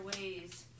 ways